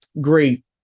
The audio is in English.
great